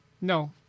No